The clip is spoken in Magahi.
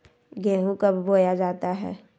गेंहू कब बोया जाता हैं?